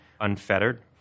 unfettered